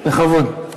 בכבוד.